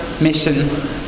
mission